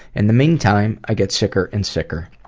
in the meantime, i get sicker and sicker.